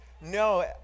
No